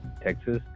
Texas